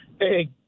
Hey